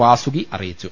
വാസുകി അറിയിച്ചു